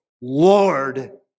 Lord